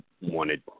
wanted